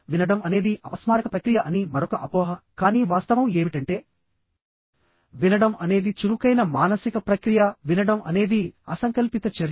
వినడం అనేది అపస్మారక ప్రక్రియ అని మరొక అపోహ కానీ వాస్తవం ఏమిటంటే వినడం అనేది చురుకైన మానసిక ప్రక్రియ వినడం అనేది అసంకల్పిత చర్య